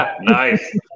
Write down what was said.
Nice